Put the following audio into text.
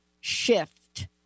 shift